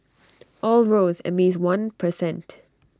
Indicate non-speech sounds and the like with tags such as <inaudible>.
<noise> all rose at least one per cent